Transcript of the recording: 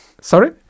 Sorry